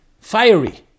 fiery